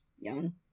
young